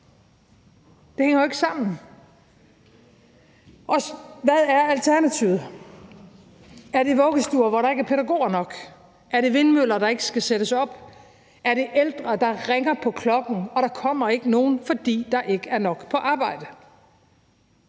Det hænger jo ikke sammen. Hvad er alternativet? Er det vuggestuer, hvor der ikke er pædagoger nok? Er det vindmøller, der ikke skal sættes op? Er det ældre, der ringer på klokken, uden at der kommer nogen, fordi der ikke er nok på arbejde?